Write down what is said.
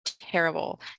terrible